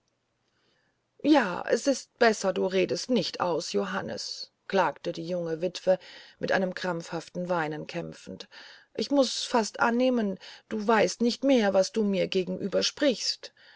ja es ist besser du redest nicht aus johannes klagte die junge witwe mit einem krampfhaften weinen kämpfend ich muß fast annehmen du weißt nicht mehr was du mir gegenüber sprichst